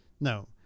No